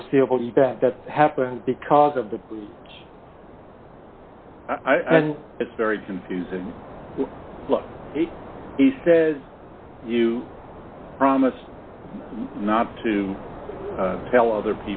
foreseeable event that happened because of the i think it's very confusing he says you promised not to tell other